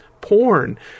porn